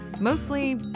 mostly